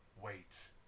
Wait